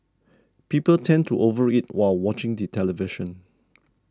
people tend to over eat while watching the television